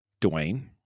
Dwayne